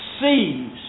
sees